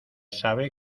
sabe